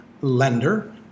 lender